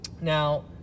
Now